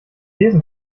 lesen